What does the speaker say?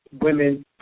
women